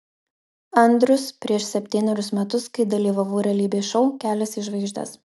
andrius prieš septynerius metus kai dalyvavau realybės šou kelias į žvaigždes